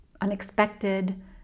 unexpected